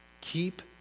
Keep